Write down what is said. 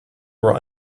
were